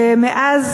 ומאז